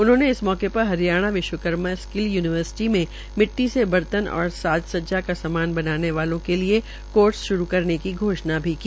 उन्होंने इस मौके पर हरियाणा विश्वकर्मा स्किल यूनिवर्सिटी में मिट्टी से बर्तन और साज स्जजा का सामान बनाने वालों के लिए कोर्स श्रू करने की घोषणा भी की